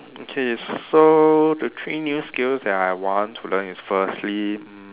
okay so the three new skills that I want to learn is firstly mm